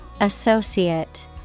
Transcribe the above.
Associate